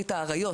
גינזבורג,